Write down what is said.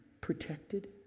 protected